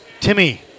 Timmy